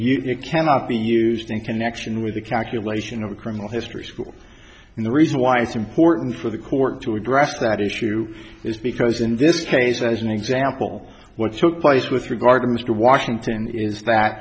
you cannot be used in connection with the calculation of criminal histories for and the reason why it's important for the court to address that issue is because in this case as an example what so place with regard to mr washington is that